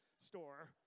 store